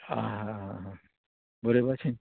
आं हा हा हा बरें बाशेन